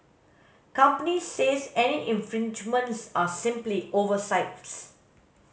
companies says any infringements are simply oversights